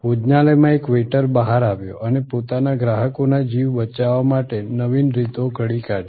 ભોજનાલયમાં એક વેઈટર બહાર આવ્યો અને પોતાના ગ્રાહકોના જીવ બચાવવા માટે નવીન રીતો ઘડી કાઢી